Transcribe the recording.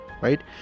right